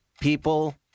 people